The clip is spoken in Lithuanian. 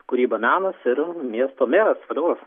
kūryba menas ir miesto meras vadovas